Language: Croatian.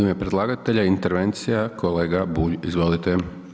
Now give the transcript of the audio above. U ime predlagatelja intervencija kolega Bulj, izvolite.